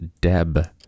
Deb